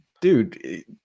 dude